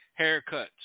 haircuts